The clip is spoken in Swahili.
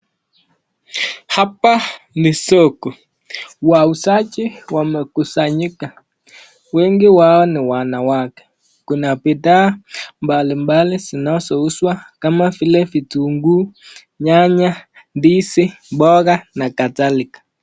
Hapa ni soko wauzaji wamekusanyika wengi wao ni wanawake kuna bidhaa mbali mbali zinazouzwa kama vitunguu, nyanya, ndizi, mboga na kadhalika.